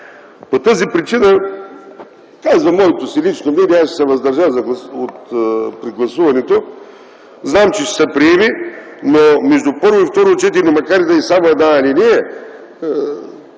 по тази причина казвам моето си лично мнение. Аз ще се въздържа при гласуването. Знам, че ще се приеме, но между първо и второ четене, макар и да е само една алинея,